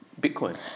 Bitcoin